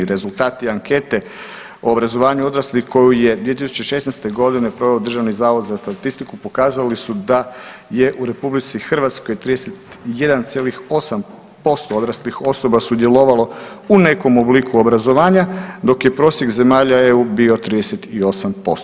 Rezultati ankete o obrazovanju odraslih koju je 2016. godine proveo Državni zavod za statistiku pokazali su da je u RH 31,8% odraslih osoba sudjelovalo u nekom obliku obrazovanja, dok je prosjek zemalja EU bio 38%